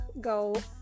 go